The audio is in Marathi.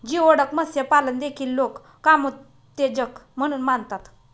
जिओडक मत्स्यपालन देखील लोक कामोत्तेजक म्हणून मानतात